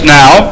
now